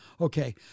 Okay